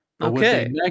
Okay